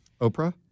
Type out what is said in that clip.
Oprah